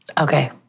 Okay